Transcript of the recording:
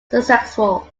successful